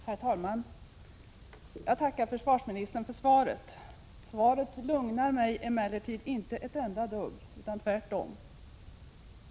Herr talman! Jag tackar försvarsministern för svaret. Svaret lugnar mig emellertid inte ett enda dugg, utan tvärtom.